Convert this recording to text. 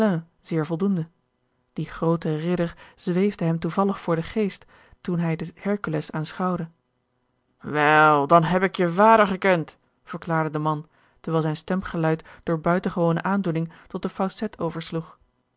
zeer voldoende die groote ridder zweefde hem toevallig voor den geest toen hij den hercules aanschouwde wel dan heb ik je vader gekend verklaarde de man terwijl zijn stemgeluid door buitengewone aandoening tot de fausset oversloeg